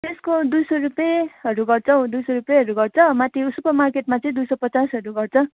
को दुई सौ रुपियाँहरू गर्छ हौ दुई सौ रुपियाँहरू गर्छ माथि सुपर मार्केटमा चाहिँ दुई सौ पचासहरू गर्छ